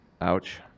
Ouch